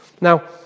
Now